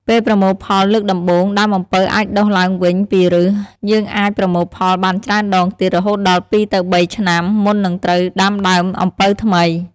ពេលប្រមូលផលលើកដំបូង ដើមអំពៅអាចដុះឡើងវិញពីឫស ហើយអាចប្រមូលផលបានច្រើនដងទៀត រហូតដល់ ២ ទៅ ៣ ឆ្នាំ មុននឹងត្រូវដាំដើមអំពៅថ្មី។